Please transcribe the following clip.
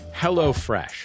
HelloFresh